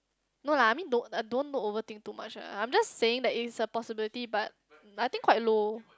no lah I mean don't don't look over thing too much ah I'm just saying that it is a possibility but I think quite low